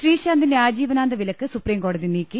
ശ്രീശാന്തിന്റെ ആജീവനാന്തവിലക്ക് സുപ്രീംകോടതി നീക്കി